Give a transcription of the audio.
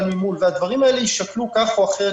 ממול והדברים האלה ישקלו כך או אחרת,